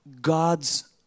God's